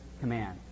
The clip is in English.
command